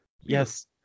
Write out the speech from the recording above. Yes